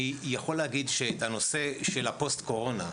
אני יכול להגיד שהנושא של הפוסט קורונה,